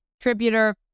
contributor